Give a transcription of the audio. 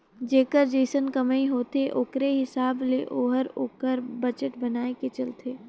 जेकर जइसन कमई होथे ओकरे हिसाब ले ओहर ओकर बजट बनाए के चलथे